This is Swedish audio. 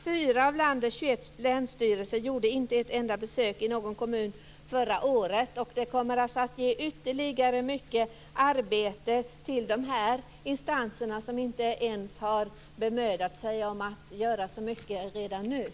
4 av landets 21 länsstyrelser gjorde inte ett enda besök i någon kommun förra året. Det kommer alltså att bli mycket ytterligare arbete för de instanser som inte ens nu har bemödat sig om att göra särskilt mycket.